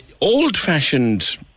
Old-fashioned